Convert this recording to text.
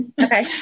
okay